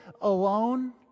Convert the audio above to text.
alone